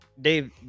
Dave